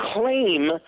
claim